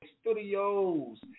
Studios